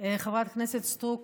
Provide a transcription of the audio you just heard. חברת הכסת סטרוק,